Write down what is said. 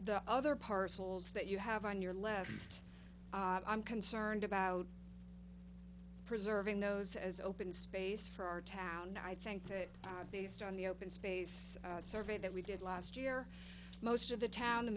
the other parcels that you have on your left i'm concerned about preserving those as open space for our town and i think that based on the open space survey that we did last year most of the town the